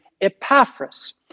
Epaphras